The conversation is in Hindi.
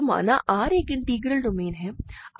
तो माना R एक इंटीग्रल डोमेन है